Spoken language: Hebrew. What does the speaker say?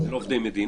זה לא עובדי מדינה.